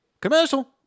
Commercial